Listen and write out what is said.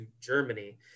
Germany